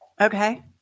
Okay